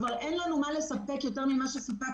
כבר אין לנו לספק יותר נתונים ומספרים ממה שסיפקנו.